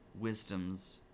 wisdom's